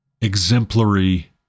exemplary